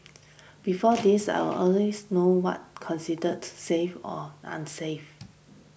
before this I'll always know what considered safe or unsafe